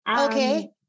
Okay